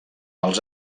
els